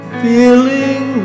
feeling